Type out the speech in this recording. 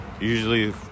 usually